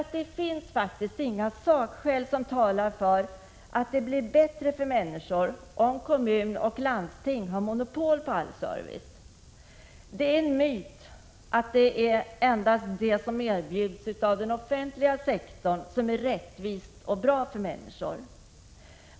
Det finns faktiskt inga sakskäl som talar för att det blir bättre för människor om kommuner och landsting har monopol på service. Det är en myt att det är endast det som erbjuds av den offentliga sektorn som är rättvist och bra för människor.